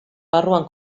barruan